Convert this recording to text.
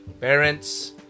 parents